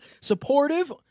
Supportive